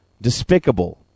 despicable